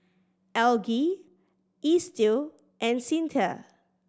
Algie Estill and Cyntha